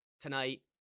tonight